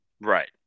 Right